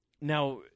now